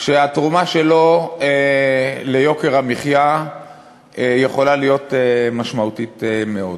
שהתרומה שלו ליוקר המחיה יכולה להיות משמעותית מאוד.